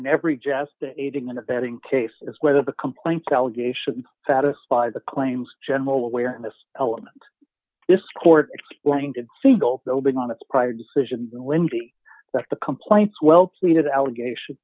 in every jest the aiding and abetting case is whether the complaints allegation satisfy the claims general awareness element this court going to single building on its prior decision the windy that the complaints well pleaded allegation